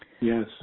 yes